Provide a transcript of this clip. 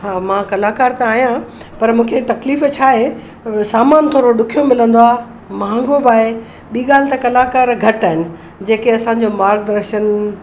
हा मां कलाकार त आहियां पर मूंखे तक़लीफ छा आहे सामान थोरो ॾुखियो मिलंदो आहे महांगो बि आहे ॿी ॻाल्हि त कलाकार घटि आहिनि जेके असांजो मार्गदर्शन